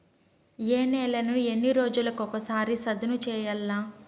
ఏ నేలను ఎన్ని రోజులకొక సారి సదును చేయల్ల?